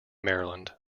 maryland